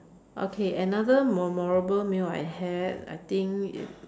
okay another memorable meal I had I think is